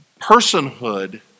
personhood